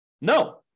No